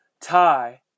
tie